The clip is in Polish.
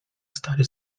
stary